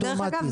ודרך אגב,